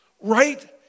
right